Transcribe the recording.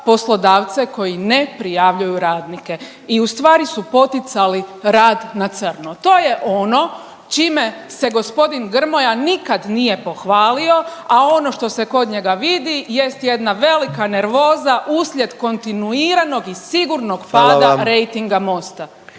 poslodavce koji ne prijavljuju radnike i ustvari su poticali rad na crno. To je ono čime se g. Grmoja nikad nije pohvalio, a ono što se kod njega vidi jest jedna velika nervoza uslijed kontinuiranog i sigurnog pada…/Upadica